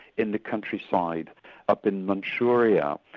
in the countryside up in manchuria,